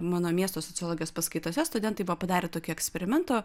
mano miesto sociologijos paskaitose studentai buvo padarę tokį eksperimentą